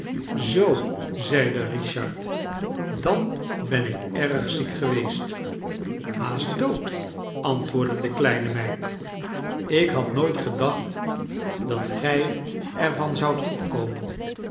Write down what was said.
zoo zeide richard dan ben ik erg ziek geweest haast dood antwoordde de kleine meid ik had nooit gedacht dat gij er van zoudt opkomen